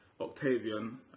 Octavian